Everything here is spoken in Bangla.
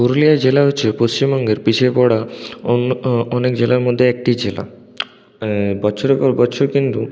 পুরুলিয়া জেলা হচ্ছে পশ্চিমবঙ্গের পিছিয়ে পরা অনেক জেলার মধ্যে একটি জেলা বছরের পর বছর কিন্তু